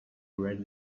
red